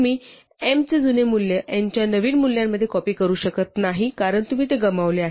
तुम्ही m चे जुने मूल्य n च्या नवीन मूल्यामध्ये कॉपी करू शकत नाही कारण तुम्ही ते गमावले आहे